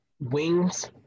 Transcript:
wings